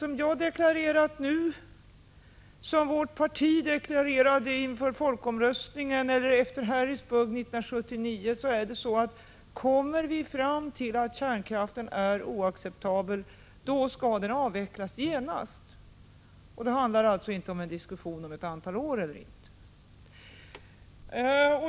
Som jag har deklarerat nu och som vårt parti deklarerade inför folkomröstningen och efter olyckan i Harrisburg 1979 skall kärnkraften avvecklas genast, om vi kommer fram till att kärnkraften är oacceptabel. Diskussionen handlar alltså inte om ett visst antal år.